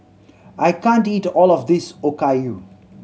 I can't eat all of this Okayu